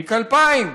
תיק 2000,